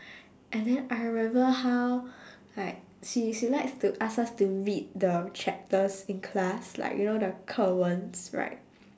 and then I remember how like she she likes to ask us to read the chapters in class like you know the 课文s right